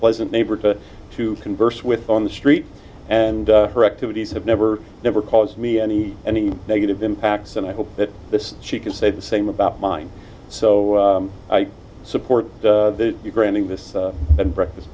pleasant neighborhood to converse with on the street and her activities have never never caused me any any negative impacts and i hope that this she can say the same about mine so i support you granting this breakfast